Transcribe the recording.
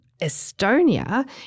Estonia